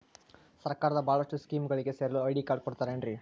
ಸರ್ಕಾರದ ಬಹಳಷ್ಟು ಸ್ಕೇಮುಗಳಿಗೆ ಸೇರಲು ಐ.ಡಿ ಕಾರ್ಡ್ ಕೊಡುತ್ತಾರೇನ್ರಿ?